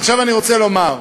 עכשיו אני רוצה לומר,